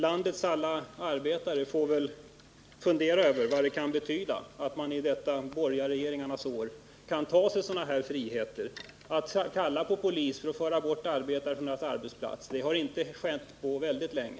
Landets alla arbetare får väl fundera över vad det kan betyda att man i dessa borgarregeringarnas år kan ta sig sådana friheter som att kalla på polis för att föra bort arbetare från deras arbetsplats. Det har inte skett på väldigt länge.